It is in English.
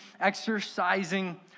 exercising